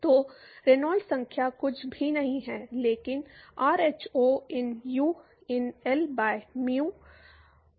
तो रेनॉल्ड्स संख्या कुछ भी नहीं है लेकिन R H O in U in L by mu